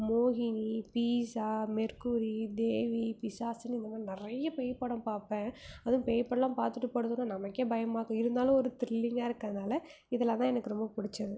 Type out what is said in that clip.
மோகினி pizza Mercury Devi பிசாசுன்னு இந்த மாதிரி நிறையா பேய் படம் பார்ப்பேன் அதுவும் பேய் படமெலாம் பார்த்துட்டு படுக்கிறோம் நமக்கே பயமாக இருக்குது இருந்தாலும் ஒரு திரில்லிங்காக இருக்கறதுனால் இதெல்லாம் தான் எனக்கு ரொம்ப பிடிச்சது